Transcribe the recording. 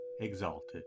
exalted